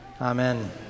Amen